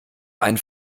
ein